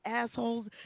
assholes